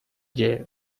jail